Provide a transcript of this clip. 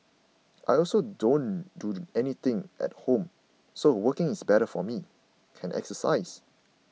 I also don't do anything at home so working is better for me can exercise